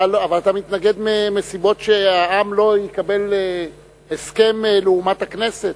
אבל אתה מתנגד מסיבות שהעם לא יקבל הסכם לעומת הכנסת,